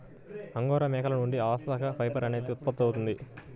angora మేకల నుండి alpaca fibre అనేది ఉత్పత్తవుతుంది